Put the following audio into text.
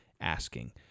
asking